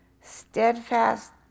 Steadfast